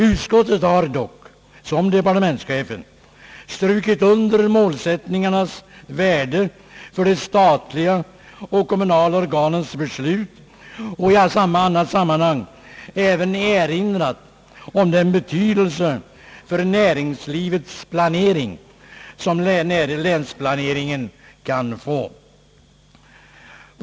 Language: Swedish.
Utskottet har dock liksom departementschefen strukit under målsättningarnas värde för de statliga och kommunala organens beslut och i annat sammanhang även erinrat om den betydelse för näringslivets planering som länsplaneringen kan få.